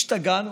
השתגענו?